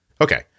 Okay